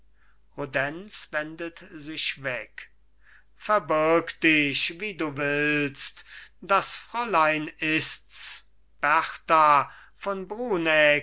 wendet sich weg verbirg dich wie du willst das fräulein ist's berta von